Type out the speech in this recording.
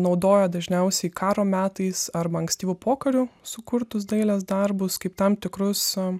naudojo dažniausiai karo metais arba ankstyvu pokariu sukurtus dailės darbus kaip tam tikrus em